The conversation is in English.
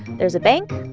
there's a bank,